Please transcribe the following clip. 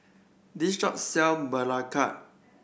this shop sell belacan